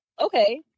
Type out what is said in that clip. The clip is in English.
okay